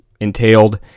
entailed